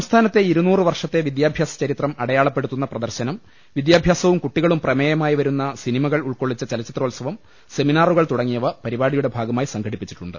സംസ്ഥാ നത്തെ ഇരു നൂറ് വർഷത്തെ വിദ്യാ ഭ്യാസചരിത്രം അടയാളപ്പെടുത്തുന്ന പ്രദർശനം വിദ്യാ ഭ്യാസവും കുട്ടികളും പ്രമേയമായി വരുന്ന സിനിമകൾ ഉൾക്കൊള്ളിച്ച ചലച്ചിത്രോത്സവം സെമിനാറുകൾ തുട ങ്ങിയവ പരിപാടിയുടെ ഭാഗമായി സംഘടിപ്പിച്ചിട്ടുണ്ട്